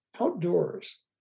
outdoors